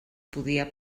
podia